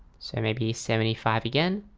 so maybe seventy five again